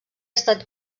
estat